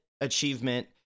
achievement